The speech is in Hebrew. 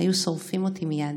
/ היו שורפים אותי מייד.